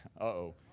Uh-oh